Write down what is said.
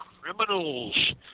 criminals